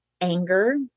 anger